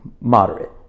moderate